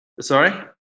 Sorry